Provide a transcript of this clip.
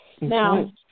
Now